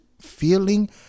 feeling